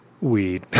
weed